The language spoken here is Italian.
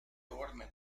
orme